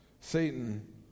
Satan